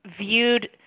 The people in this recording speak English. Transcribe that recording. viewed